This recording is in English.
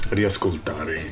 riascoltare